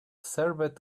served